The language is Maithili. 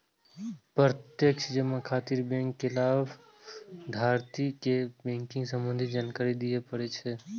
प्रत्यक्ष जमा खातिर बैंक कें लाभार्थी के बैंकिंग संबंधी जानकारी दियै पड़ै छै